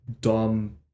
dumb